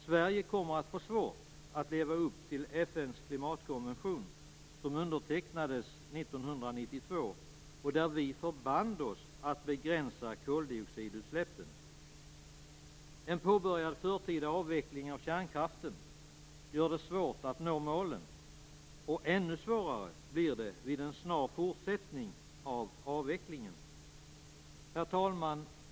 Sverige kommer att få svårt att leva upp till FN:s klimatkonvention, som undertecknades 1992 och där vi förband oss att begränsa koldioxidutsläppen. En påbörjad förtida avveckling av kärnkraften gör det svårt att nå målen, och ännu svårare blir det vid en snar fortsättning av avvecklingen. Herr talman!